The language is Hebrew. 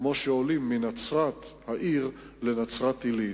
כמו שעולים מנצרת העיר לנצרת-עילית.